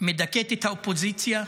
מדכאת את האופוזיציה,